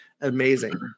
amazing